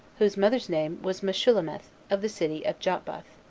whose mother's name was meshulemeth, of the city of jotbath.